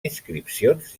inscripcions